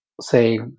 say